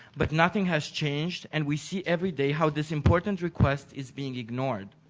but nothing has change and we see everyday how this important request is being ignored.